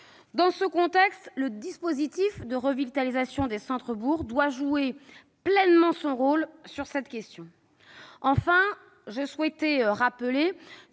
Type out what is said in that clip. Dans ce contexte, le dispositif de revitalisation des centres-bourgs doit jouer son rôle sur cette question. Enfin, je souhaitais rappeler